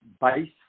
base